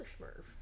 Smurf